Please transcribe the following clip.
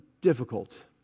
difficult